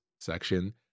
section